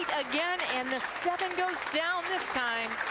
again and the seven goes down this time.